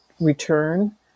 return